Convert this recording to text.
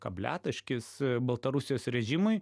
kabliataškis baltarusijos režimui